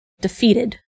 defeated